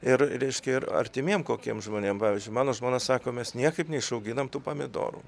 ir reiškia ir artimiem kokiem žmonėm pavyzdžiui mano žmona sako mes niekaip neišauginam tų pomidorų